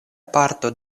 parto